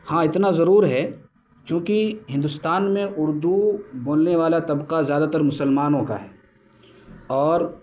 ہاں اتنا ضرور ہے چوں کہ ہندوستان میں اردو بولنے والا طبقہ زیادہ تر مسلمانوں کا ہے اور